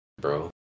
bro